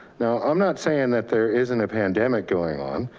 now i'm not saying that there isn't a pandemic going on.